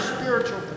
spiritual